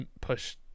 push